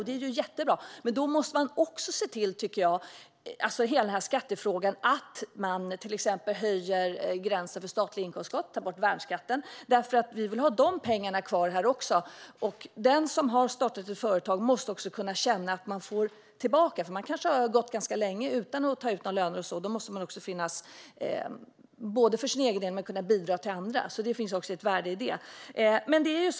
Det är jättebra, men då måste vi se till att höja gränsen för statlig inkomstskatt och ta bort värnskatten så att vi kan behålla dessa pengar här. Har man startat ett företag måste man känna att man får tillbaka, för man kanske har gått länge utan lön. Det måste löna sig både för egen del och för att kunna bidra till andra. Det finns ett värde i det.